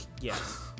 yes